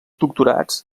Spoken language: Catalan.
doctorats